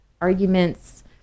arguments